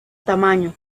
tamaño